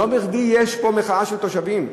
לא בכדי יש פה מחאה של תושבים.